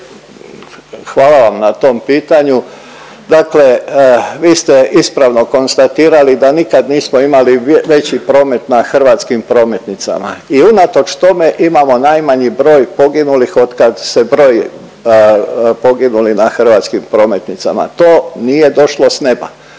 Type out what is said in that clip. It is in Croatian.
Hvala vam na tom pitanju. Dakle, vi ste ispravno konstatirali da nikad nismo imali veći promet na hrvatskim prometnicama i unatoč tome imamo najmanji broj poginulih od kad se broji poginuli na hrvatskim prometnicama. To nije došlo s neba,